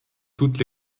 toutes